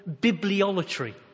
bibliolatry